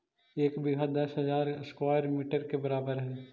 एक बीघा दस हजार स्क्वायर मीटर के बराबर हई